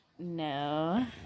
No